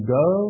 go